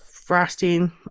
Frosting